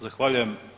Zahvaljujem.